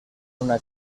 una